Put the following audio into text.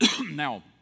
Now